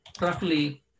roughly